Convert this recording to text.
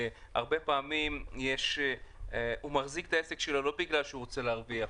והרבה פעמים הוא מחזיק את העסק שלו לא בגלל שהוא רוצה להרוויח,